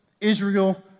Israel